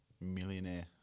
millionaire